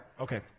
Okay